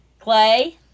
Clay